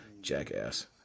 jackass